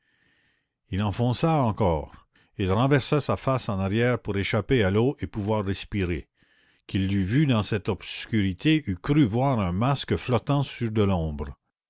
il enfonça encore il renversa sa face en arrière pour échapper à l'eau et pouvoir respirer qui l'eût vu dans cette obscurité eût cru voir un masque flottant sur de l'ombre